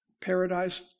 Paradise